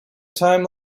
time